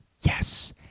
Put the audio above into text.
Yes